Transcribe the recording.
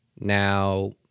Now